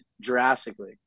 drastically